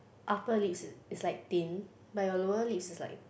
upper lips is like thin but your lower lips is like